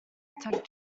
attacked